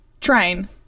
Train